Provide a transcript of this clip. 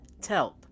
Telp